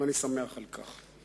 ואני שמח על כך.